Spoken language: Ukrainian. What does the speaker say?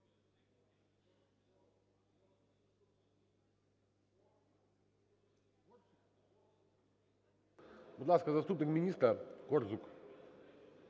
Будь ласка, заступник міністра Корзун.